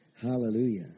Hallelujah